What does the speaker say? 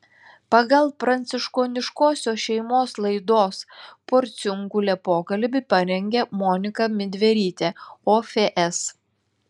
pagal pranciškoniškosios šeimos laidos porciunkulė pokalbį parengė monika midverytė ofs